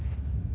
K so